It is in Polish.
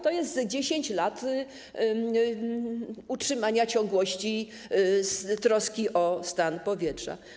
To jest 10 lat utrzymania ciągłości - z troski o stan powietrza.